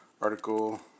article